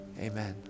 amen